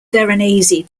varanasi